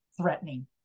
threatening